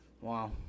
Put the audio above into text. Wow